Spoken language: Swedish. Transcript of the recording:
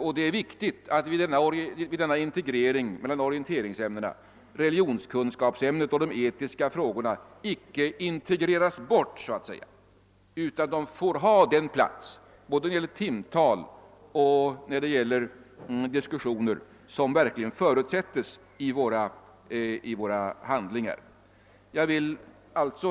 och det är viktigt att i denna integrering mellan orienteringsämnena religionskunskapsämnet och de etiska frågorna icke så att säga integreras bort utan får ha den plats både när det gäller timtal och när det gäller diskussioner som verkligen förutsätts i våra handlingar.